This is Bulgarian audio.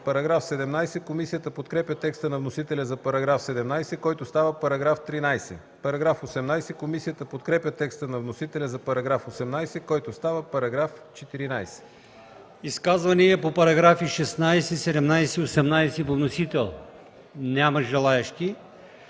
Изказвания по параграфи 16, 17 и 18 по вносител? Няма желаещи.